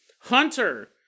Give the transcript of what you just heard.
Hunter